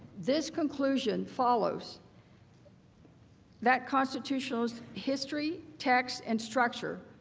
this conclusion follows that constitutional history, text, and structure.